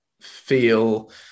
feel